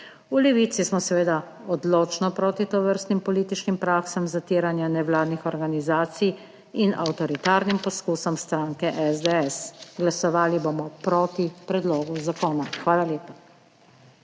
V Levici smo seveda odločno proti tovrstnim političnim praksam zatiranja nevladnih organizacij in avtoritarnim poskusom stranke SDS, glasovali bomo proti predlogu zakona. Hvala lepa.